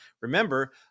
Remember